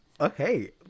okay